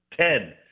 Ten